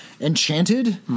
Enchanted